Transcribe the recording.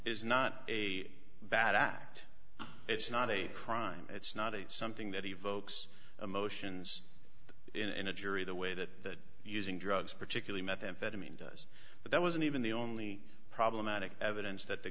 is not a bad act it's not a crime it's not a something that evokes emotions in a jury the way that using drugs particularly methamphetamine does but that wasn't even the only problematic evidence that the